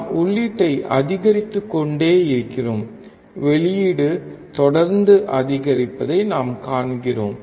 நாம் உள்ளீட்டை அதிகரித்துக்கொண்டே இருக்கிறோம் வெளியீடு தொடர்ந்து அதிகரிப்பதை நாம் காண்கிறோம்